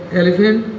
elephant